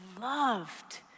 loved